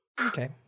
Okay